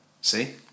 See